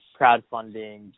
crowdfunding